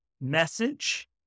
message